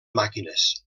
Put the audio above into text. màquines